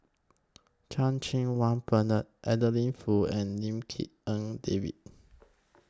Chan Cheng Wah Bernard Adeline Foo and Lim Tik En David